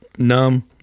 numb